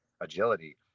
agility